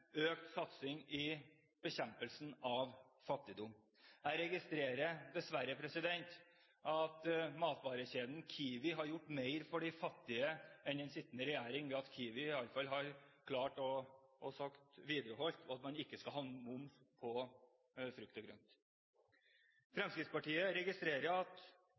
økt satsing i bekjempelsen av fattigdom. Jeg registrerer dessverre at matvarekjeden Kiwi har gjort mer for de fattige enn den sittende regjering, ved at Kiwi iallfall har klart å gjennomføre at man ikke skal ha moms på frukt og grønt. Fremskrittspartiet registrerer, som sagt, at antall sosialhjelpsmottakere har økt med 10 000, og at